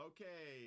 Okay